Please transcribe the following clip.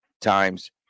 Times